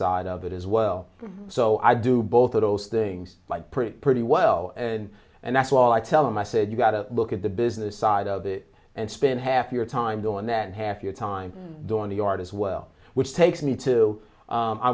side of it as well so i do both of those things by pretty pretty well and and that's all i tell them i said you got to look at the business side of it and spend half your time doing that and half your time doing the art as well which takes me to